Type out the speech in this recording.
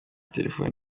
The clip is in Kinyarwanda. telefoni